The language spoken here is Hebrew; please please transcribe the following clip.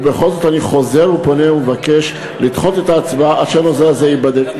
ובכל זאת אני חוזר ופונה ומבקש לדחות את ההצבעה עד שהנושא הזה ייבדק,